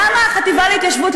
החטיבה להתיישבות,